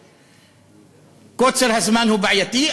וקוצר הזמן בעייתי,